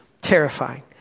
terrifying